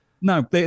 No